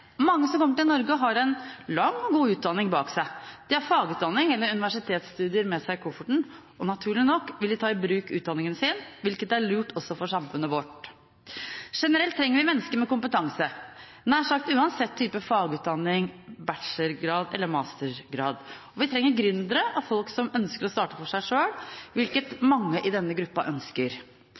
Mange som kommer til Norge, har en lang og god utdanning bak seg, de har fagutdanning eller universitetsstudier med seg i kofferten. Og naturlig nok vil de ta i bruk utdanningen, hvilket er lurt også for samfunnet vårt. Generelt trenger vi mennesker med kompetanse, nær sagt uansett type fagutdanning, bachelorgrad eller mastergrad. Og vi trenger gründere og folk som ønsker å starte for seg selv, hvilket mange i denne gruppa ønsker.